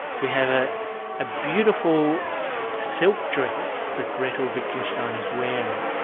we have a ah beautiful silk dress that gretl wittgenstein is wearing,